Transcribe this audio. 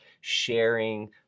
sharing